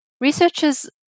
researchers